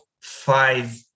five